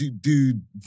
dude